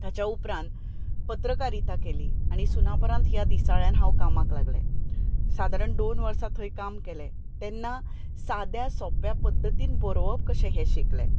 ताच्या उपरांत पत्रकारिता केली आनी सुनापरान्त ह्या दिसाळ्यान हांव कामांक लागलें सादारण दोन वर्सां थंय काम केलें तेन्ना साद्या सोंप्या पद्दतीन बरोवप कशें हें शिकलें